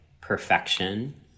perfection